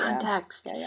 context